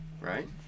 Right